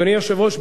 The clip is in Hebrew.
אדוני היושב-ראש,